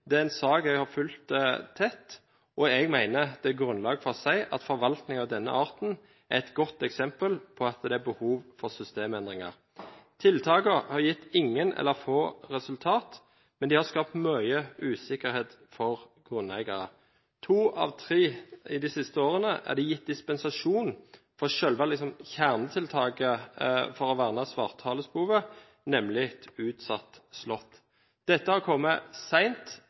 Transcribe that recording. Det er en sak jeg har fulgt tett. Jeg mener at det er grunnlag for å si at forvaltningen av denne arten er et godt eksempel på at det er behov for systemendringer. Tiltakene har gitt ingen eller få resultater, men de har skapt mye usikkerhet for grunneierne. To ganger de siste årene er det gitt dispensasjon fra selve kjernetiltaket for å verne svarthalespove, nemlig utsatt slått. Dette har kommet